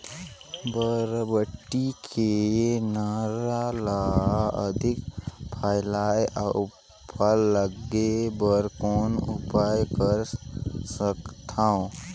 बरबट्टी के नार ल अधिक फैलाय अउ फल लागे बर कौन उपाय कर सकथव?